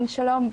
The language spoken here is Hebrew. שלום.